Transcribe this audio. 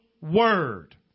word